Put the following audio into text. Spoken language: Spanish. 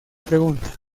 pregunta